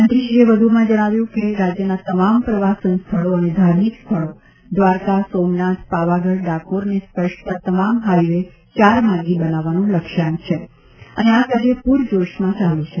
મંત્રી શ્રી એ વધુમાં જણાવ્યું કે રાજ્યના તમામ પ્રવાસન સ્થળો અને ધાર્મિક સ્થળો દ્વારકા સોમનાથ પાવાગઢ ડાકોરને સ્પર્શતા તમામ હાઈવે ચાર માર્ગી બનાવવાનું લક્ષ્યાંક છે અને આ કાર્ય પૂરજોશમાં ચાલુ છે